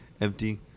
empty